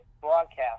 broadcast